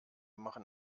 machen